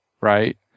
right